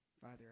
Father